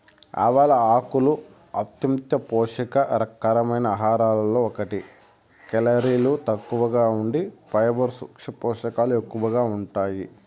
ఆవాల ఆకులు అంత్యంత పోషక కరమైన ఆహారాలలో ఒకటి, కేలరీలు తక్కువగా ఉండి ఫైబర్, సూక్ష్మ పోషకాలు ఎక్కువగా ఉంటాయి